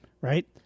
Right